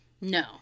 No